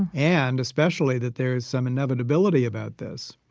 and especially that there is some inevitability about this,